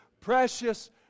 precious